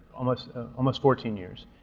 almost almost fourteen years,